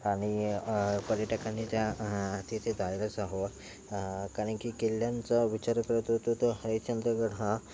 आणि पर्यटकांनी त्या तिथे जायलाचा हवं कारण की किल्ल्यांचा विचार करत होतो त हरिश्चंद्रगड हा